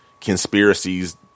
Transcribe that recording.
conspiracies